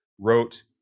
wrote